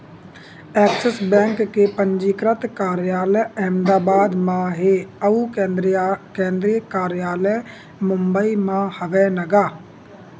Axis bank के पंजीकृत कारयालय अहमदाबाद म हे अउ केंद्रीय कारयालय मुबई म हवय न गा